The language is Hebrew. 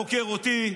חוקר אותי,